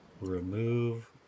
Remove